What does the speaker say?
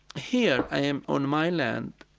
here, i am on my land,